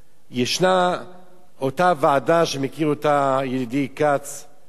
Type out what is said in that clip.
ישנה אותה ועדה שמכיר אותה ידידי כצל'ה,